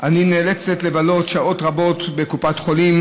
אני נאלצת לבלות שעות רבות בקופת חולים.